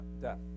death